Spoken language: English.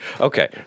Okay